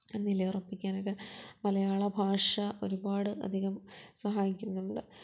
നില ഉറപ്പിക്കാനൊക്കെ മലയാള ഭാഷ ഒരുപാട് അധികം സഹായിക്കുന്നുണ്ട്